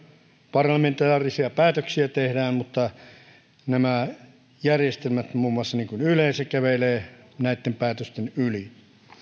parlamentaarisia päätöksiä tehdään mutta järjestelmät niin kuin muun muassa yle kävelevät näitten päätösten yli